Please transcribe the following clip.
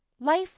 life